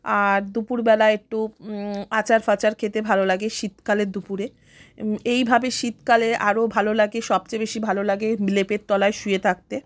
আর দুপুরবেলা একটু আচার ফাচার খেতে ভালো লাগে শীতকালের দুপুরে এইভাবে শীতকালে আরও ভালো লাগে সবচেয়ে বেশি ভালো লাগে লেপের তলায় শুয়ে থাকতে